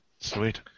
Sweet